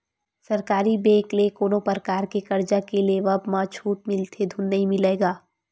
सरकारी बेंक ले कोनो परकार के करजा के लेवब म छूट मिलथे धून नइ मिलय गा?